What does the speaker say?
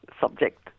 subject